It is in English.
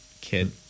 kid